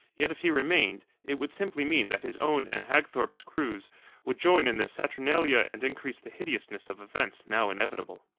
yet if he remained, it would simply mean that his own and hagthorpe's crews would join in the saturnalia and increase the hideousness of events now inevitable.